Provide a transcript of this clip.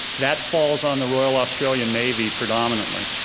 that falls on the royal australian navy, predominately.